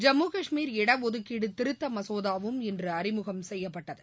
ஜம்மு கஷ்மீர் இடஒதுக்கீடு திருத்த மசோதாவும் இன்று அறிமுகம் செய்யப்பட்டது